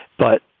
but